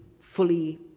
fully